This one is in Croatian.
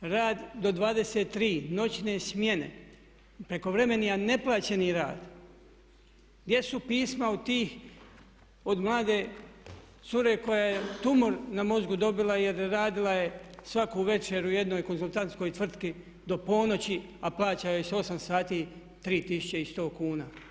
rad do 23 sata, noćne smjene, prekovremeni a neplaćeni rad, gdje su pisma od tih, od mlade cure koja je tumor na mozgu dobila jer radila je svaku večer u jednoj konzultantskoj tvrtki do ponoći a plaća joj se 8 sati 3100 kuna?